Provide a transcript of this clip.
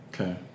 Okay